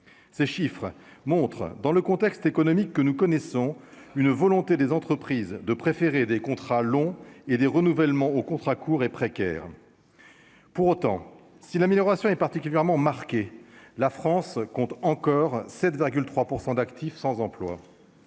ces chiffres montrent dans le contexte économique que nous connaissons une volonté des entreprises de préférer des contrats longs et des renouvellements aux contrats courts et précaire pour autant si l'amélioration est particulièrement marqué la France compte encore 7 3 % d'actifs sans emploi,